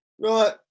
Right